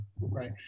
Right